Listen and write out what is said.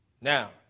Now